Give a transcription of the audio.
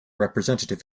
representative